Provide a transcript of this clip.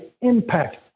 impact